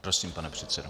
Prosím, pane předsedo.